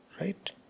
right